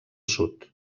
sud